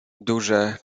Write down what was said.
duże